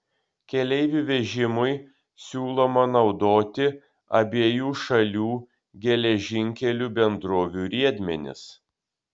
keleivių vežimui siūloma naudoti abiejų šalių geležinkelių bendrovių riedmenis